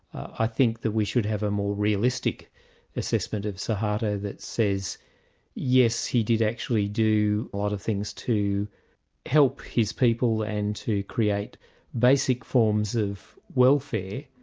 i think that we should have a more realistic assessment of suharto that says yes, he did actually do a lot of things to help his people and to create basic forms of welfare,